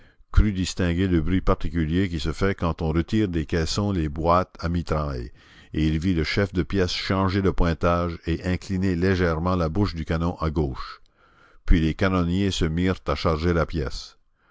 crut distinguer le bruit particulier qui se fait quand on retire des caissons les boîtes à mitraille et il vit le chef de pièce changer le pointage et incliner légèrement la bouche du canon à gauche puis les canonniers se mirent à charger la pièce